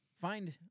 Find